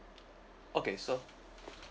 okay so